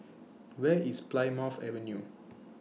Where IS Plymouth Avenue